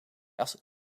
als